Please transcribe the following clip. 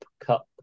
cup